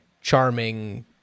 charming